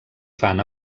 fan